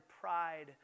pride